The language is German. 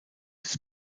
des